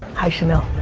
hi chanel.